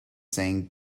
saying